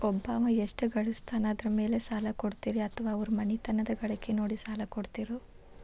ಒಬ್ಬವ ಎಷ್ಟ ಗಳಿಸ್ತಾನ ಅದರ ಮೇಲೆ ಸಾಲ ಕೊಡ್ತೇರಿ ಅಥವಾ ಅವರ ಮನಿತನದ ಗಳಿಕಿ ನೋಡಿ ಸಾಲ ಕೊಡ್ತಿರೋ?